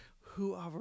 whoever